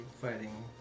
fighting